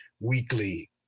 weekly